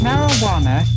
Marijuana